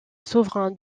souverain